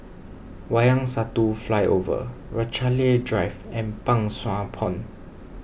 Wayang Satu Flyover Rochalie Drive and Pang Sua Pond